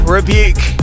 Rebuke